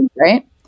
right